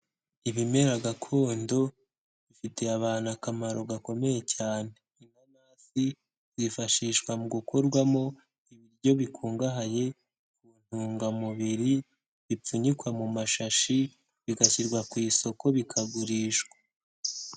Ibimera gakondo bifitiye abantu akamaro gakomeye cyane, inanasi zifashishwa mu gukorwamo ibiryo bikungahaye ku ntungamubiri bipfunyikwa mu mashashi, bigashyirwa ku isoko bikagurishwa.